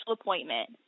appointment